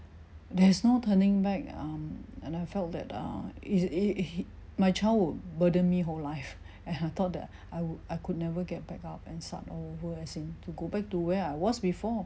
there's no turning back um and I felt that err is is is my child would burden me whole life and I thought that I would I could never get back up and start over as in to go back to where I was before